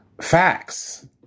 facts